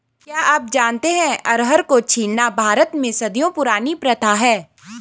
क्या आप जानते है अरहर को छीलना भारत में सदियों पुरानी प्रथा है?